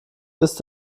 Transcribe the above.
ist